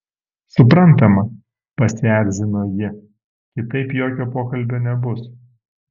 suprantama pasierzino ji kitaip jokio pokalbio nebus